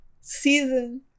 season